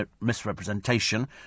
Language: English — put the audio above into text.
misrepresentation